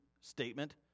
statement